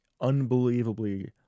unbelievably